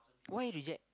why reject